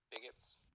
Bigots